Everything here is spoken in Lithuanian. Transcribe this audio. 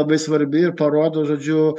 labai svarbi ir parodo žodžiu